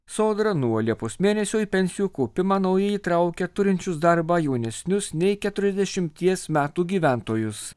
sodra nuo liepos mėnesio į pensijų kaupimą naujai įtraukia turinčius darbą jaunesnius nei keturiasdešimties metų gyventojus